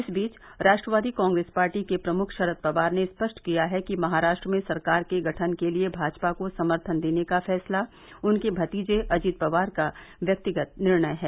इस बीच राष्ट्रवादी कांप्रेस पार्टी के प्रमुख शरद पवार ने स्पष्ट किया है कि महाराष्ट्र में सरकार के गठन के लिए भाजपा को समर्थन देने का फैसला उनके भतीजे अजित पवार का व्यक्तिगत निर्णय है